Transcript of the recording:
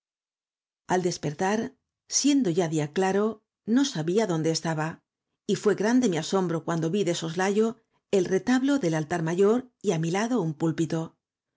al despertar siendo ya día claro no sabía dónde estaba y fué grande mi asombro cuando vi de soslayo el retablo del altar mayor y á mi lado un pulpito